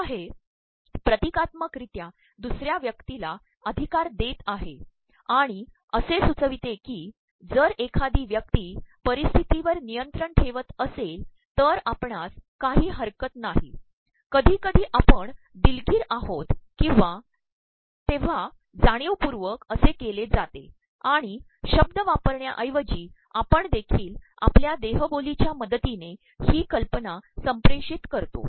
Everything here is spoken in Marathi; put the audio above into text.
आता हे ितीकात्मकररत्या दसु र्या व्यक्तीला अचधकार देत आहे आणण असे सुचप्रवते की जर एखादी व्यक्ती पररप्स्त्र्तीवर तनयंरण ठेवत असेल तर आपणास काही हरकत नाही कधीकधी आपण द्रदलगीर आहोत तेव्हा जाणीवपूवकय असे के ले जाते आणण शब्द वापरण्याऐवजी आपण देखील आपल्या देहबोलीच्या मदतीने ही कल्पना संिेप्रषत करतो